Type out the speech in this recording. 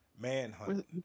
Manhunt